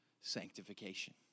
sanctification